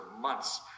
months